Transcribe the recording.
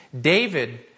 David